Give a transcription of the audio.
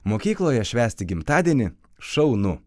mokykloje švęsti gimtadienį šaunu